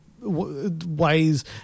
ways